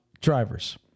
drivers